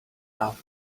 now